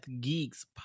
Geeks